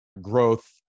growth